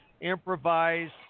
improvised